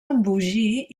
embogir